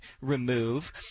remove